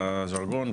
בז'רגון,